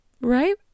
right